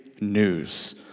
news